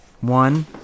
One